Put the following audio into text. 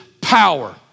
Power